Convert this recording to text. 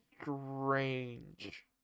strange